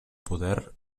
poder